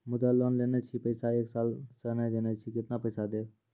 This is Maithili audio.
मुद्रा लोन लेने छी पैसा एक साल से ने देने छी केतना पैसा देब?